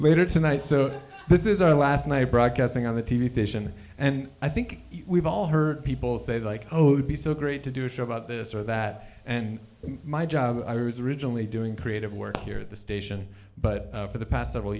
later tonight so this is our last night broadcasting on the t v station and i think we've all heard people say like oh be so great to do a show about this or that and my job i was originally doing creative work here at the station but for the past several